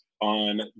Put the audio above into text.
on